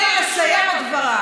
תני לי לסיים את דבריי.